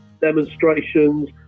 demonstrations